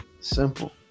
Simple